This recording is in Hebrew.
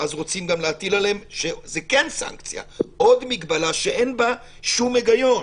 ואז רוצים גם להטיל עליהם עוד מגבלה שאין בה שום היגיון.